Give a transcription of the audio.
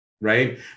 Right